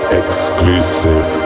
exclusive